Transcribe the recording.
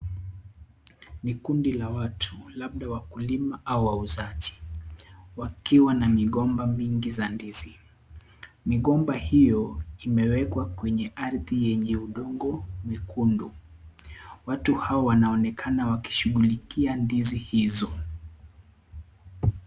Ni kundi la watu, labda wakulima au wauzaji. Wakiwa na migomba mingi za ndizi. Migomba hiyo, imewekwa kwenye ardhi yenye udongo mwekundu. Watu hao, wanaonekana wakishughulikia ndizi hizo.